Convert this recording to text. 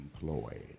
employed